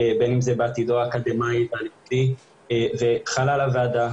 בין אם זה בעתידו האקדמאי והלימודי וחלה על הוועדה,